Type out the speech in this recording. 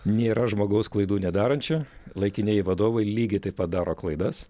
nėra žmogaus klaidų nedarančio laikinieji vadovai lygiai taip pat daro klaidas